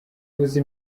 uvuze